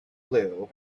blue